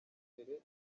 imbere